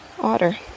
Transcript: Otter